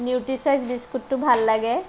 nutri choice বিস্কুটো ভাল লাগে